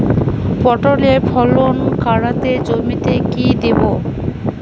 পটলের ফলন কাড়াতে জমিতে কি দেবো?